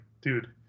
dude